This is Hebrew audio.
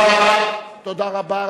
תודה רבה.